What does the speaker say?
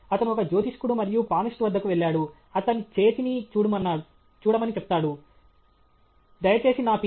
అతను ఒక జ్యోతిష్కుడు మరియు పామిస్ట్ వద్దకు వెళ్ళాడు అతన్ని చేతిని చూడమని చెప్తున్నాడు దయచేసి నా Ph